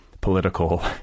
political